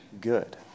good